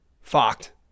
fucked